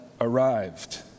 arrived